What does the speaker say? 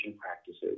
practices